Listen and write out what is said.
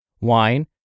Wine